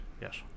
Yes